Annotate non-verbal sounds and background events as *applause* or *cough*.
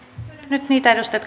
nyt niitä edustajia *unintelligible*